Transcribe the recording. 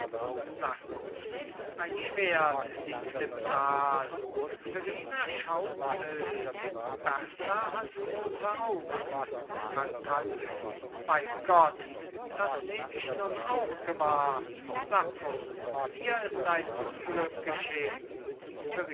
sacco ein schwert liegt im saal verrina schaut wild berta hat rote augen calcagno bei gott das nehm ich nun auch gewahr sacco hier ist ein unglück geschehen